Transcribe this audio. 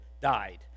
died